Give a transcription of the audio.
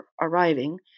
arriving